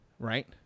Right